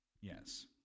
Yes